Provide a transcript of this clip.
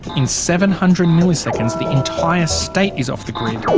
in seven hundred milliseconds the entire state is off the grid.